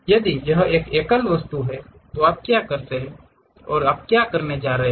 यदि यह एक एकल वस्तु है तो आप क्या तैयार करने जा रहे हैं